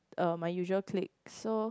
uh my usual clique so